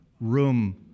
room